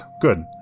Good